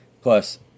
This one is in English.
Plus